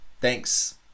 Thanks